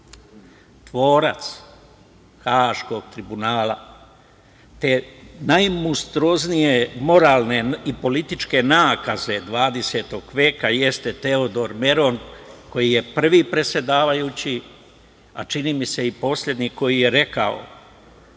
tvorac Haškog tribunala, te najmonstruoznije moralne i političke nakaze HH veka jeste Teodor Meron, koji je prvi predsedavajući, a čini mi se i poslednji koji je rekao